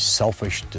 selfish